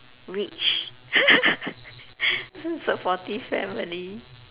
rich supportive family